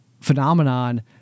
phenomenon